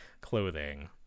clothing